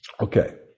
Okay